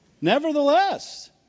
Nevertheless